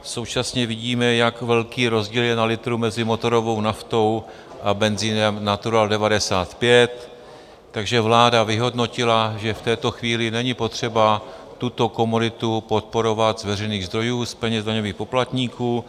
Současně vidíme, jak velký rozdíl je na litru mezi motorovou naftou a benzinem Natural 95, takže vláda vyhodnotila, že v této chvíli není potřeba tuto komoditu podporovat z veřejných zdrojů, z peněz daňových poplatníků.